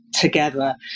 together